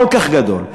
כל כך גדול,